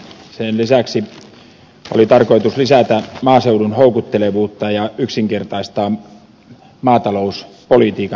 sen lisäksi oli tarkoitus lisätä maaseudun houkuttelevuutta ja yksinkertaistaa maatalouspolitiikan tukijärjestelmiä